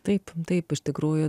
taip taip iš tikrųjų